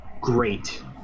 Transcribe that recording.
great